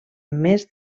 més